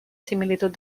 similitud